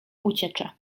uciecze